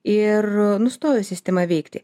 ir nustoja sistema veikti